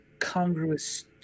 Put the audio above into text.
congruous